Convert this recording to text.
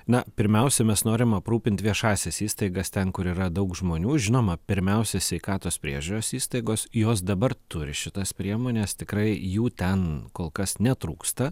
na pirmiausia mes norim aprūpint viešąsias įstaigas ten kur yra daug žmonių žinoma pirmiausia sveikatos priežiūros įstaigos jos dabar turi šitas priemones tikrai jų ten kol kas netrūksta